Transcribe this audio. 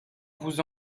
vous